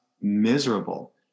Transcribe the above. miserable